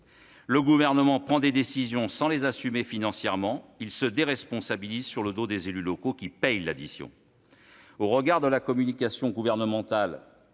Le Gouvernement prend des décisions sans les assumer financièrement, il se déresponsabilise sur le dos des élus locaux, qui payent l'addition. À en croire la communication gouvernementale,